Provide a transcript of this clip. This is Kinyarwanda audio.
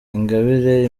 ingabire